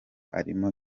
arimo